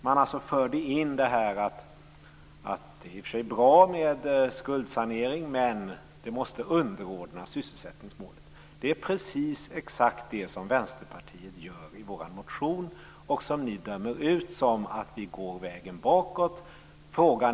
Man förde in att det i och för sig är bra med skuldsanering men att denna måste underordnas sysselsättningsmålen. Det är exakt det som Vänsterpartiet gör i sin motion men som ni dömer ut som en väg bakåt.